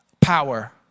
power